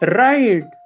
right